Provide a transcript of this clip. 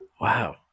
Wow